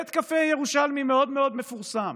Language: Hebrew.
בית קפה ירושלמי מאוד מאוד מפורסם